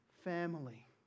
family